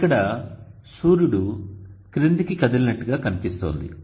ఇక్కడ సూర్యుడు క్రిందికి కదిలినట్లుగా కనిపిస్తోంది